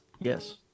Yes